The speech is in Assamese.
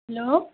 হেল্ল'